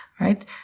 Right